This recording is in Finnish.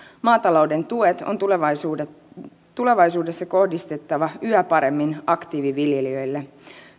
maatalouden tuet on tulevaisuudessa kohdistettava yhä paremmin aktiiviviljelijöille